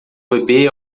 bebê